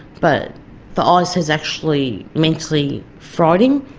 but the ice has actually mentally fried him.